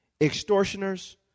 Extortioners